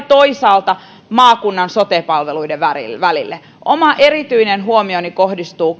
toisaalta maakunnan sote palveluiden välille välille oma erityinen huomioni kohdistuu